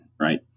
right